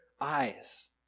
eyes